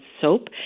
soap